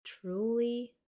truly